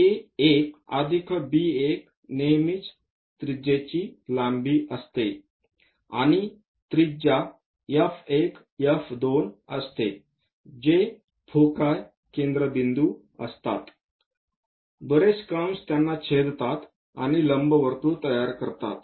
A 1 अधिक B 1 नेहमीच त्रिज्येची लांबी असते आणि त्रिज्या F 1 F 2 असते जे फोकाय केंद्रबिंदू असतात बरेच कंस त्यांना छेदतात आणि लंबवर्तुळ तयार करतात